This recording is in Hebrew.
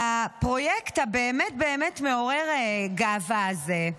והפרויקט הבאמת-באמת מעורר גאווה הזה,